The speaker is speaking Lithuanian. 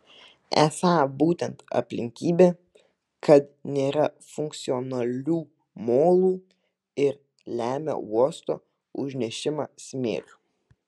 esą būtent aplinkybė kad nėra funkcionalių molų ir lemia uosto užnešimą smėliu